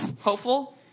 Hopeful